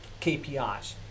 KPIs